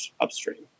upstream